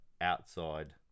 outside